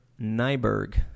Nyberg